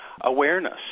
awareness